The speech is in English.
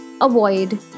avoid